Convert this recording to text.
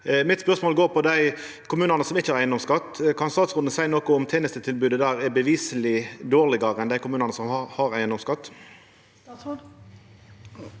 Mitt spørsmål går på dei kommunane som ikkje har eigedomsskatt. Kan statsråden seia noko om tenestetilbodet der er beviseleg dårlegare enn i dei kommunane som har eigedomsskatt?